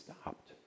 stopped